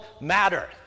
matter